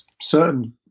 certain